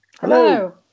Hello